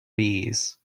bees